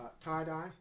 tie-dye